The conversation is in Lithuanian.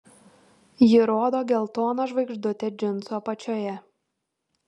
ji rodo geltoną žvaigždutę džinsų apačioje